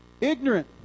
Ignorant